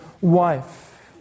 wife